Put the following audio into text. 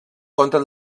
contra